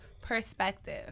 perspective